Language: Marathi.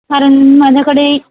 कारण माझ्याकडे